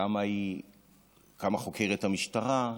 כמה חוקרת המשטרה,